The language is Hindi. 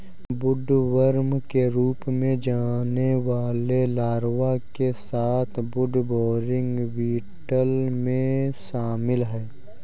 वुडवर्म के रूप में जाने वाले लार्वा के साथ वुडबोरिंग बीटल में शामिल हैं